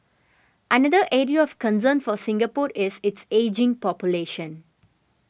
another area of concern for Singapore is its ageing population